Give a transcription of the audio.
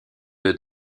deux